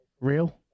real